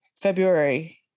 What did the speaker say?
February